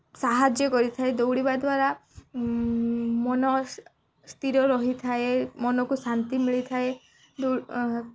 ସାହାଯ୍ୟ କରିଥାଏ ଦୌଡ଼ିବା ଦ୍ୱାରା ମନ ସ୍ଥିର ରହିଥାଏ ମନକୁ ଶାନ୍ତି ମିଳିଥାଏ